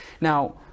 Now